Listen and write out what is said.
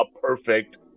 perfect